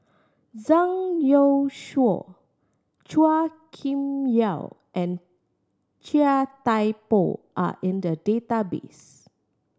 Zhang Youshuo Chua Kim Yeow and Chia Thye Poh are in the database